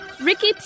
Ricky